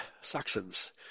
Saxons